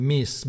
Miss*